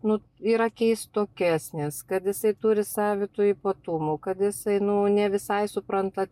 nu yra keistokesnis kad jisai turi savitų ypatumų kad jisai nu nevisai supranta